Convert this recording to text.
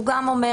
הוא גם אומר